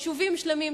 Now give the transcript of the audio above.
יישובים שלמים,